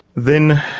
then